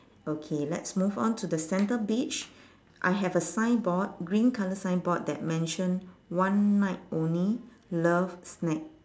okay let's move on to the centre beach I have a signboard green colour signboard that mention one night only love snack